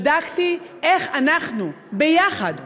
בדקתי איך אנחנו ביחד,